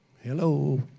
Hello